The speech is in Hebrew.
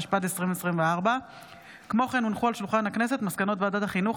התשפ"ד 2024. מסקנות ועדת החינוך,